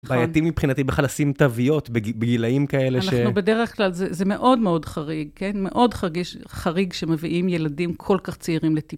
בעייתי מבחינתי בכלל לשים תוויות, בגילאים כאלה ש... אנחנו בדרך כלל, זה מאוד מאוד חריג, כן? מאוד חריג שמביאים ילדים כל כך צעירים לטיפול.